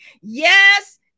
Yes